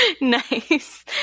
Nice